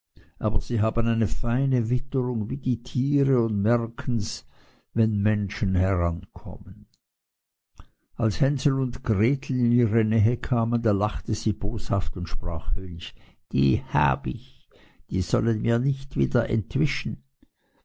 aber sie haben eine feine witterung wie die tiere und merkens wenn menschen herankommen als hänsel und gretel in ihre nähe kamen da lachte sie boshaft und sprach höhnisch die habe ich die sollen mir nicht wieder entwischen